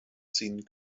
ziehen